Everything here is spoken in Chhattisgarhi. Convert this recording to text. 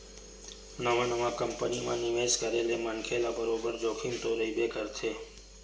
नवा नवा कंपनी म निवेस करे ले मनखे ल बरोबर जोखिम तो रहिबे करथे